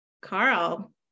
Carl